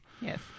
Yes